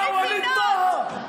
לא מבינות.